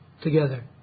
Together